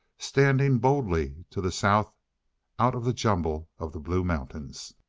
standing boldly to the south out of the jumble of the blue mountains.